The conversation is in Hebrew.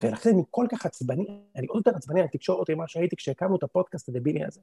ולכן אני כל כך עצבני, אני עוד יותר עצבני על תקשורת, אמר שהייתי כשהקמנו את הפודקאסט הזה בני הזה.